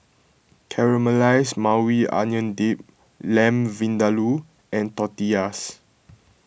Caramelized Maui Onion Dip Lamb Vindaloo and Tortillas